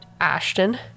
Ashton